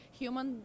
human